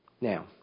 Now